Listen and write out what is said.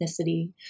ethnicity